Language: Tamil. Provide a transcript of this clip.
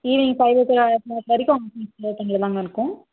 ஈவினிங் ஃபைவ் ஓ கிளாக் வ வரைக்கும் ஆஃபிஸ் ஓப்பனில் தான் மேம் இருக்கோம்